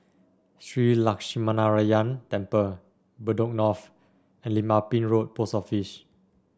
Shree Lakshminarayanan Temple Bedok North and Lim Ah Pin Road Post Office